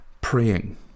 praying